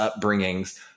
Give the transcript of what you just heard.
upbringings